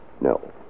No